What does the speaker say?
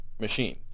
Machine